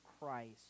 Christ